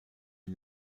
die